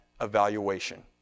evaluation